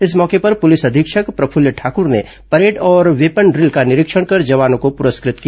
इस मौके पर पुलिस अधीक्षक प्रफूल्ल ठाक्र ने परेड और वेपनड़िल का निरीक्षण कर जवानों को पुरस्कृत किया